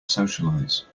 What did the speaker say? socialize